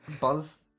Buzz